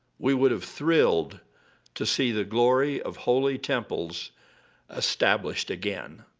we would have thrilled to see the glory of holy temples established again,